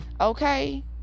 okay